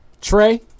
trey